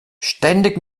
ständig